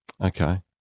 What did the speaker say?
Okay